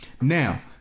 Now